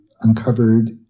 uncovered